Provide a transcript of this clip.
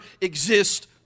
exist